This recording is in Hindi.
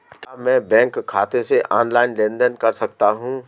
क्या मैं बैंक खाते से ऑनलाइन लेनदेन कर सकता हूं?